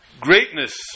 greatness